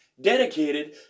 dedicated